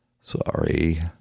sorry